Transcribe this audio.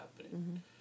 happening